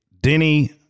Denny